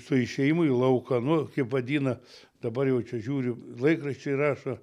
su išėjimu į lauką nu kaip vadina dabar jau čia žiūriu laikraščiai rašo